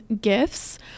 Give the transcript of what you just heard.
gifts